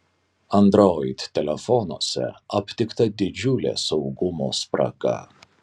android telefonuose aptikta didžiulė saugumo spraga